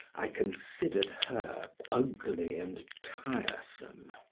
i considered her ugly and tiresome.